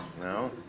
No